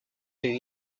few